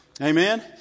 Amen